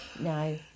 no